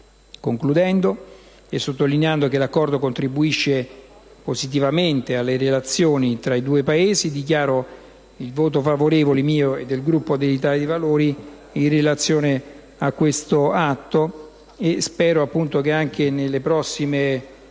Concludendo, e sottolineando che l'Accordo contribuisce positivamente alle relazioni tra i due Paesi, dichiaro il voto favorevole mio e del Gruppo dell'Italia dei Valori in relazione all'Atto Senato n. 2743. Spero che anche nelle prossime